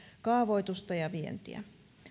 kaavoitusta ja vientiä